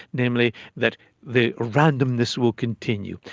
namely that the randomness will continue.